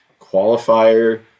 qualifier